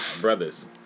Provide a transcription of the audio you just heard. Brothers